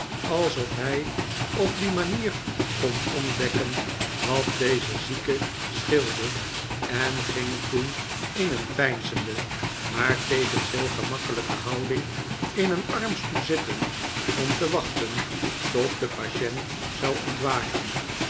alsof hij op die manier kon ontdekken wat den zieke scheelde en ging toen in een peinzende maar tevens heel gemakkelijke houding in een armstoel zitten om te wachten tot de patient zou ont